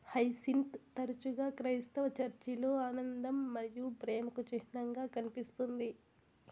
hyacinth తరచుగా క్రైస్తవ చర్చిలలో ఆనందం మరియు ప్రేమకు చిహ్నంగా కనిపిస్తుంది